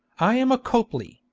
i am a copley,